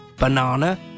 Banana